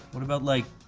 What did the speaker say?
what about like